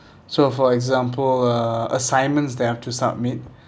so for example uh assignments that I've to submit